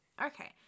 Okay